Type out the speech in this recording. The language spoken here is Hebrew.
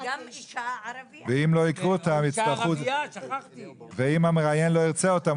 כי גם אישה ערבייה --- אם המראיין לא ירצה אותן,